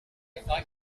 thought